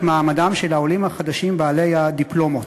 מעמדם של העולים החדשים בעלי הדיפלומות.